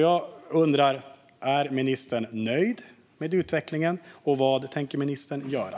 Jag undrar: Är ministern nöjd med utvecklingen, och vad tänker ministern göra?